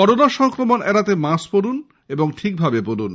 corona সংক্রমণ এড়াতে mask পরুন ও ঠিক ভাবে পরুন